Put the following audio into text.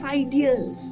ideas